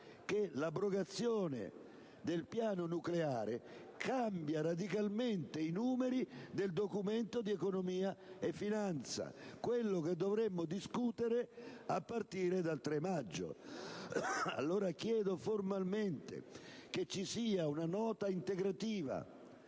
che l'abrogazione del piano nucleare cambia radicalmente i numeri del Documento di economia e finanza, quello che dovremmo discutere a partire dal prossimo 3 maggio. Allora, chiedo formalmente che sia prevista una nota integrativa,